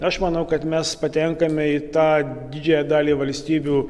aš manau kad mes patenkame į tą didžiąją dalį valstybių